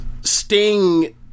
Sting